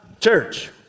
church